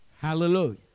Hallelujah